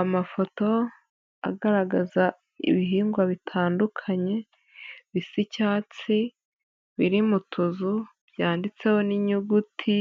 Amafoto agaragaza ibihingwa bitandukanye bisa icyatsi, biri mu tuzu, byanditseho n'inyuguti: